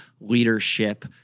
leadership